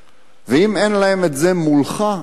ואם אין להם את זה מולך,